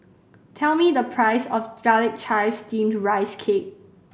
tell me the price of Garlic Chives Steamed Rice Cake